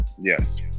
Yes